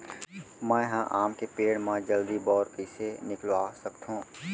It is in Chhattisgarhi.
मैं ह आम के पेड़ मा जलदी बौर कइसे निकलवा सकथो?